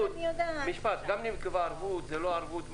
גם אם נקבע ערבות זו לא ערבות ממשית,